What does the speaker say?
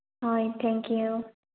ꯍꯣꯏ thank U